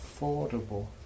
affordable